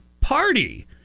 party